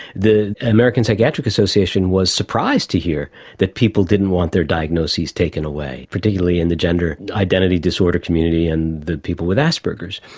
the american psychiatric association was surprised to hear that people didn't want their diagnoses taken away, particularly in the gendered identity disorder community and the people with asperger's.